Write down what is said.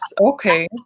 Okay